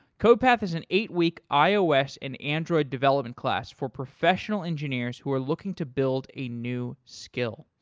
codepath is an eight week ios and android development class for professional engineers who are looking to build a new skill.